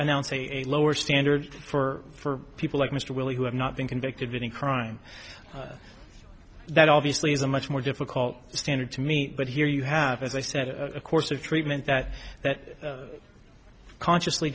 announce a lower standard for people like mr willie who have not been convicted been in crime that obviously is a much more difficult standard to me but here you have as i said a course of treatment that that consciously